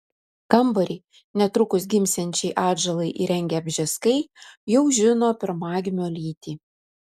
kambarį netrukus gimsiančiai atžalai įrengę bžeskai jau žino pirmagimio lytį